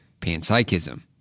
panpsychism